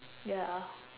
ya